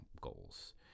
goals